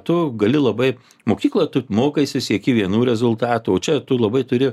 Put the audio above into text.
tu gali labai mokyklą tu mokaisi sieki vienų rezultatų o čia tu labai turi